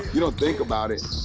you don't think about it.